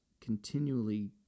continually